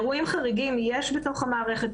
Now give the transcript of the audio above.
יש אירועים חריגים בתוך המערכת.